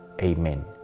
Amen